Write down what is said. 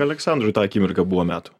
aleksandrui tą akimirką buvo metų